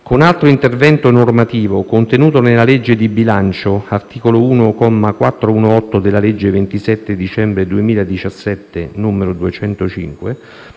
con altro intervento normativo, contenuto nella legge di bilancio (l'articolo 1, comma 418, della legge 27 dicembre 2017, n. 205),